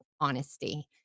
honesty